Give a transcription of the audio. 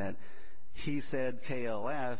that she said pale as